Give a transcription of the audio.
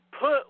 put